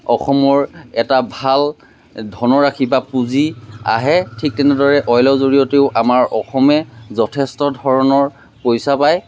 অসমৰ এটা ভাল ধনৰাশি বা পুঁজি আহে ঠিক তেনেদৰে অইলৰ জৰিয়তেও আমাৰ অসমে যথেষ্ট ধৰণৰ পইচা পায়